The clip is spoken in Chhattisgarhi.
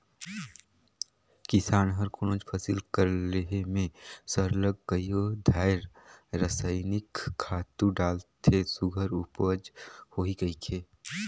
किसान हर कोनोच फसिल कर लेहे में सरलग कइयो धाएर रसइनिक खातू डालथे सुग्घर उपज होही कहिके